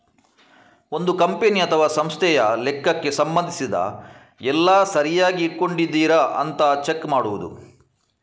ಒಂದು ಕಂಪನಿ ಅಥವಾ ಸಂಸ್ಥೆಯ ಲೆಕ್ಕಕ್ಕೆ ಸಂಬಂಧಿಸಿದ ಎಲ್ಲ ಸರಿಯಾಗಿ ಇಟ್ಕೊಂಡಿದರಾ ಅಂತ ಚೆಕ್ ಮಾಡುದು